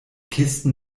kisten